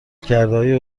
کردههای